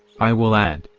i will add,